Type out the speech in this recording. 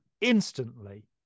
instantly